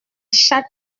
chatte